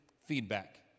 feedback